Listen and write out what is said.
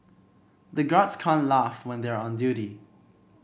the guards can't laugh when they are on duty